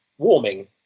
Warming